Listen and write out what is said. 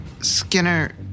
Skinner